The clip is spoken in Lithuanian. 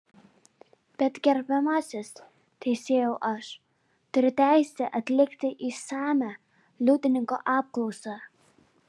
bet gerbiamasis teisėjau aš turiu teisę atlikti išsamią liudininko apklausą